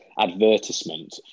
advertisement